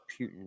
Putin